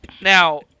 Now